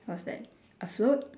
what's that a float